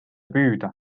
püüda